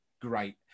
Great